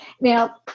now